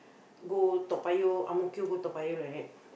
go Toa-Payoh Ang-Mo-Kio go Toa-Payoh like that